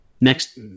Next